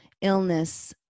illness